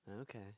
Okay